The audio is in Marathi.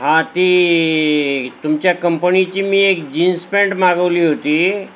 हा ती तुमच्या कंपणीची मी एक जीन्स पॅन्ट मागवली होती